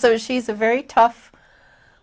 so she's a very tough